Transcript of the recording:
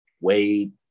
Wade